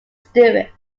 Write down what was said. stewart